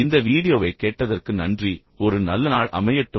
இந்த வீடியோவைக் கேட்டதற்கு நன்றி ஒரு நல்ல நாள் அமையட்டும்